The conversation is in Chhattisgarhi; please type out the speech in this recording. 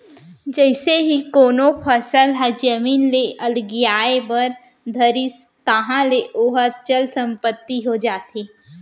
जइसे ही कोनो फसल ह जमीन ले अलगियाये बर धरिस ताहले ओहा चल संपत्ति हो जाथे